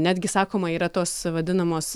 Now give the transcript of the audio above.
netgi sakoma yra tos vadinamos